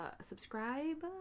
subscribe